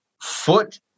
foot